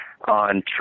on